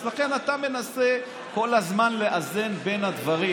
אז לכן אתה מנסה כל הזמן לאזן בין הדברים,